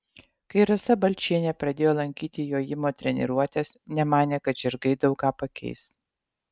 kai rasa balčienė pradėjo lankyti jojimo treniruotes nemanė kad žirgai daug ką pakeis